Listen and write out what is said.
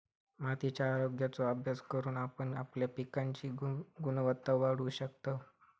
मातीच्या आरोग्याचो अभ्यास करून आपण आपल्या पिकांची गुणवत्ता वाढवू शकतव